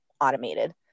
automated